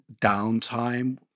downtime